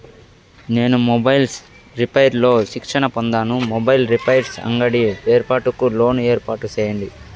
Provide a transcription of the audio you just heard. నేను mobiles repairs లో శిక్షణ పొందాను, మొబైల్ రిపైర్స్ అంగడి ఏర్పాటుకు లోను ఏర్పాటు సేయండి?